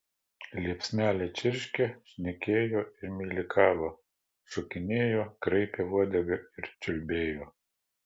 liepsnelė čirškė šnekėjo ir meilikavo šokinėjo kraipė uodegą ir čiulbėjo